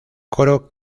coro